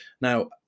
now